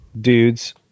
Dudes